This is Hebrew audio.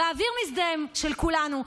והאוויר המזדהם הוא של כולנו,